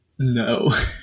No